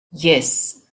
yes